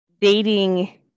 dating